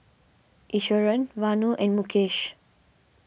Iswaran Vanu and Mukesh